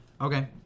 Okay